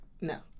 No